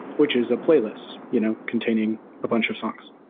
which is a playlist you know containing a bunch of songs.